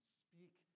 speak